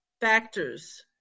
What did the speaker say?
factors